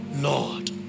Lord